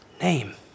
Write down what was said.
name